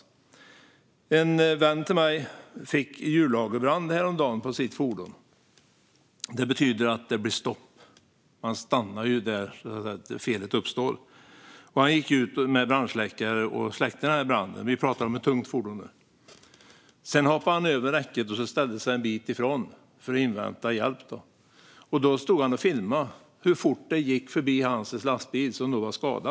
Häromdagen fick en vän till mig en hjullagerbrand på sitt fordon. Det betyder att det blir stopp; man stannar där felet uppstår. Han gick ut med brandsläckare och släckte branden på fordonet - ett tungt fordon. Sedan hoppade han över räcket och ställde sig en bit ifrån för att invänta hjälp. Samtidigt filmade han hur fort andra fordon for förbi hans skadade lastbil.